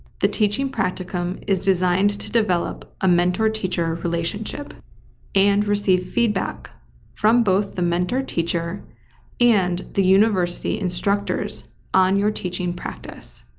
the teaching practicum is designed to develop a mentor teacher relationship and receive feedback from both the mentor teacher and the university instructors on your teaching practice.